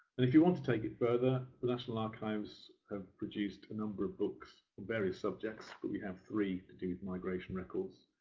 and if you want to take it further, the national archives have produced a number of books on various subjects, but we have three to do with migration records,